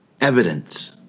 evidence